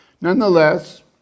Nonetheless